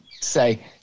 say